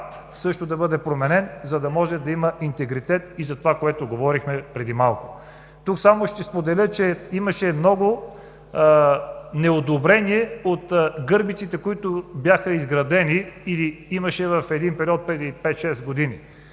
също да бъде променен, за да може да има интегритет и за това, което говорихме преди малко. Тук ще споделя, че имаше много неодобрение от гърбиците, които бяха изградени, или имаше в един период преди